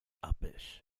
uppish